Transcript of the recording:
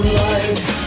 life